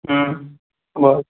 হুম বল